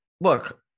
look